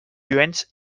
lluents